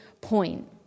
point